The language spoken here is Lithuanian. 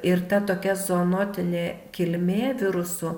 ir ta tokia zoonotinė kilmė virusų